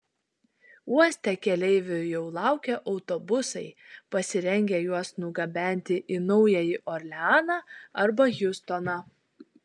uoste keleivių jau laukia autobusai pasirengę juos nugabenti į naująjį orleaną arba hjustoną